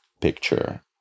picture